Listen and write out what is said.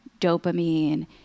dopamine